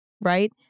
right